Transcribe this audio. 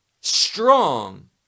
strong